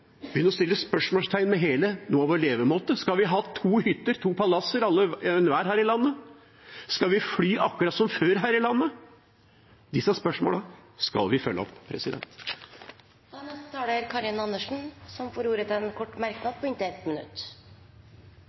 stille spørsmål ved hele vår levemåte. Skal vi ha to hytter, to palasser, alle og enhver her i landet? Skal vi fly akkurat som før her i landet? Disse spørsmålene skal vi følge opp. Representanten Karin Andersen har hatt ordet to ganger tidligere og får ordet til en kort merknad, begrenset til 1 minutt.